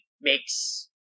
makes